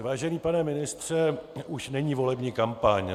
Vážený pane ministře, už není volební kampaň.